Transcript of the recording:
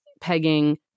pegging